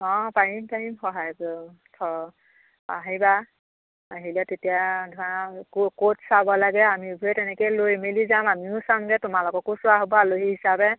অঁ পাৰিম পাৰিম সহায় কৰিব ধৰ আহিবা আহিলে তেতিয়া ধৰা ক'ত ক'ত চাব লাগে আমিবোৰে তেনেকৈ লৈ মেলি যাম আমিও চামগে তোমালোককো চোৱা হ'ব আলহী হিচাপে